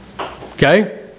Okay